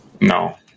No